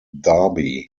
darby